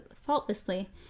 faultlessly